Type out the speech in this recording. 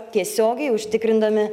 tiesiogiai užtikrindami